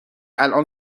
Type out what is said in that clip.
الان